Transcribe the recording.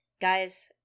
guys